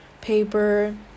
paper